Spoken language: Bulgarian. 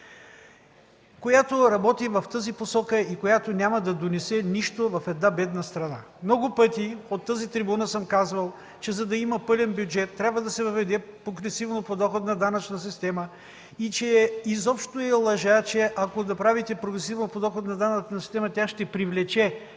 която работи в тази посока и която няма да донесе нищо в една бедна страна. Много пъти от тази трибуна съм казвал, че за да има пълен бюджет, трябва да се въведе прогресивно подоходна данъчна система и че изобщо е лъжа, че ако направите прогресивна подоходна данъчна система, тя ще отблъсне